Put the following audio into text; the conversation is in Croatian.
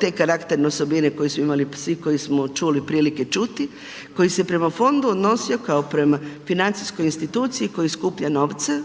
te karakterne osobine koju su imali svi, koji smo čuli prilike čuti, koji se prema fondu odnosio kao prema financijskoj instituciji koji skuplja novce.